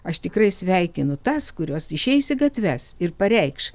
aš tikrai sveikinu tas kurios išeis į gatves ir pareikš